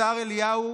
השר אליהו